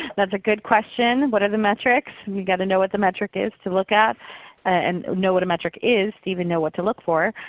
that is a good question. what is the metrics? we've got to know what the metric is to look at and know what a metric is to even know what to look for.